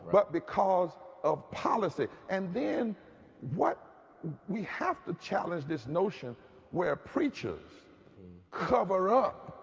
but because of policy. and then what we have to challenge this notion where preachers cover up